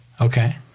Okay